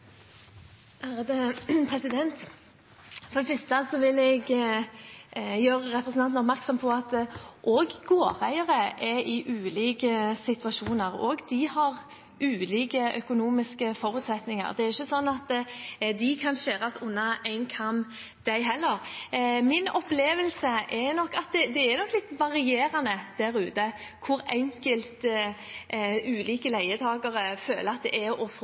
For det første vil jeg gjøre representanten oppmerksom på at også gårdeiere er i ulike situasjoner. Også de har ulike økonomiske forutsetninger. Det er ikke slik at de kan skjæres over én kam, de heller. Min opplevelse er nok at det er litt varierende der ute hvor enkelt ulike leietakere føler det er å få